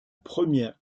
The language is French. première